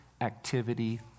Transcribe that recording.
activity